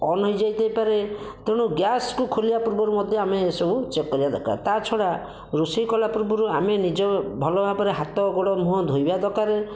on ହୋଇଯାଇ ଥାଇପାରେ ତେଣୁ ଗ୍ୟାସ୍କୁ ଖୋଲିବା ପୂର୍ବରୁ ମଧ୍ୟ ଆମେ ଏ ସବୁ ଚେକ୍ କରିବା ଦରକାର ତା ଛଡ଼ା ରୋଷେଇ କଲା ପୂର୍ବରୁ ଆମେ ନିଜ ଭଲ ଭାବରେ ହାତ ଗୋଡ଼ ମୁହଁ ଧୋଇବା ଦରକାରେ